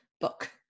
book